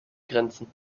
grenzen